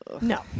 No